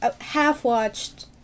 half-watched